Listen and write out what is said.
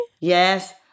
Yes